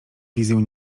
wizję